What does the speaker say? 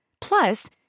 Plus